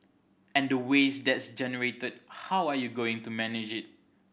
and the waste that's generated how are you going to manage it